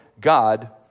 God